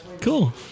Cool